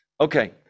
Okay